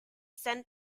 sent